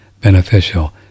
beneficial